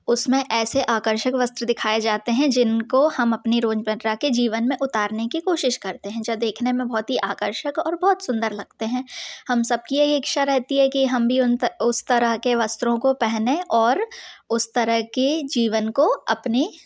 उसमें ऐसे आकर्षक वस्त्र दिखाए जाते हैं जिनको हम अपनी रोजमर्रा के जीवन में उतारने की कोशिश करते हैं जो देखने में बहुत ही आकर्षक और बहुत सुंदर लगते हैं हम सब कि यह इच्छा रहती है कि हम भी उन उस तरह के वस्त्रों को पहने और और उस तरह की जीवन को अपनी